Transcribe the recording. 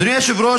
אדוני היושב-ראש,